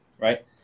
right